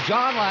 John